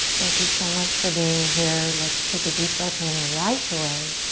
thank you so much for being here. let's take a deep breath in right away.